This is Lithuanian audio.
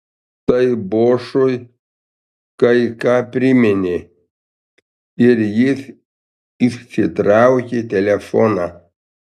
tai bošui kai ką priminė ir jis išsitraukė telefoną